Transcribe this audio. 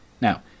Now